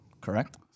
Correct